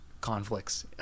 conflicts